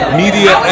media